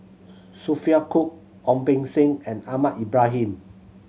Sophia Cooke Ong Beng Seng and Ahmad Ibrahim